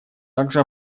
также